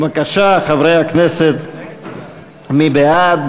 בבקשה, חברי הכנסת, מי בעד?